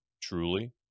truly